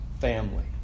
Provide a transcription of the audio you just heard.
family